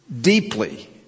deeply